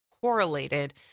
correlated